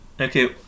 okay